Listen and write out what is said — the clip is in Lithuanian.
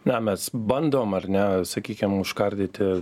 na mes bandom ar ne sakykim užkardyti